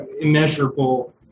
immeasurable